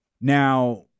Now